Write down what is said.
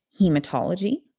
hematology